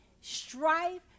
strife